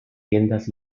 tiendas